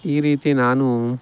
ಈ ರೀತಿ ನಾನು